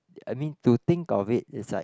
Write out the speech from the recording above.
I mean to think of it it's like